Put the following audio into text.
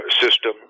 system